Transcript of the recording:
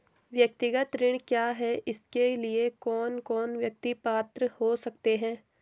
व्यक्तिगत ऋण क्या है इसके लिए कौन कौन व्यक्ति पात्र हो सकते हैं?